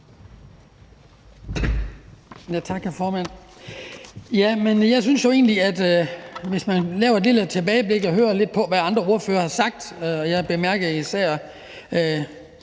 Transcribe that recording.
Jeg synes jo egentlig, at hvis man laver et lille tilbageblik og hører lidt på, hvad andre ordførere har sagt – jeg bemærkede især